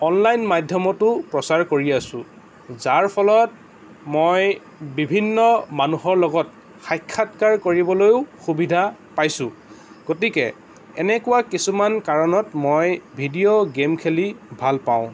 online মাধ্যমতো প্ৰচাৰ কৰি আছোঁ যাৰ ফলত মই বিভিন্ন মানুহৰ লগত সাক্ষাৎকাৰ কৰিবলৈও সুবিধা পাইছোঁ গতিকে এনেকুৱা কিছুমান কাৰণত মই ভিডিঅ' গেম খেলি ভাল পাওঁ